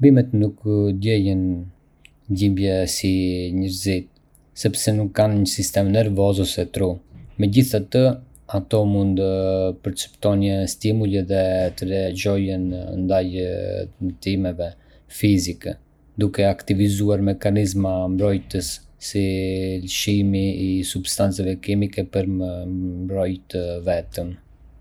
Bimët nuk ndiejnë dhimbje si njerëzit, sepse nuk kanë një sistem nervor ose tru. Megjithatë, ato mund të perceptojnë stimuj edhe të reagojnë ndaj dëmtimeve fizike, duke aktivizuar mekanizma mbrojtës, si lëshimi i substancave kimike për me mbrojtë veten.